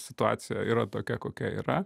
situacija yra tokia kokia yra